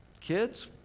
kids